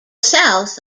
south